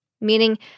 meaning